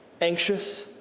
Anxious